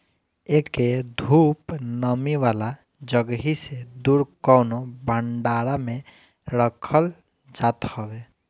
एके धूप, नमी वाला जगही से दूर कवनो भंडारा में रखल जात हवे